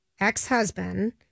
ex-husband